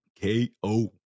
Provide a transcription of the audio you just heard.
k-o